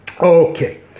Okay